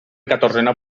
catorzena